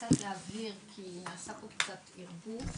אני רוצה להבהיר כי נעשה כאן קצת ערבוב,